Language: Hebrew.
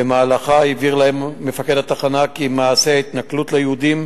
ובמהלכה הבהיר להם מפקד התחנה כי מעשי ההתנכלות ליהודים